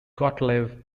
gottlieb